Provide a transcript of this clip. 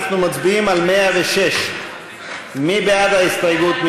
אנחנו מצביעים על 106. מי בעד ההסתייגות?